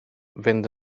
fynd